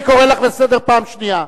אני קורא לך לסדר פעם שנייה.